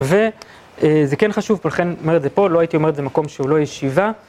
וזה כן חשוב, לכן אומר את זה פה, לא הייתי אומר את זה במקום שהוא לא ישיבה.